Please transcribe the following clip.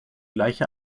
gleiche